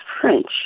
French